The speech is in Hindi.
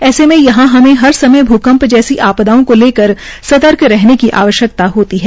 ऐसे में यहां हमें हर समय भ्कंप जैसी आपदाओं को लेकर सतर्क रहने की आवश्यकता होती है